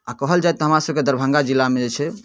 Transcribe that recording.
आओर कहल जाए तऽ हमरासभके दरभङ्गा जिलामे जे छै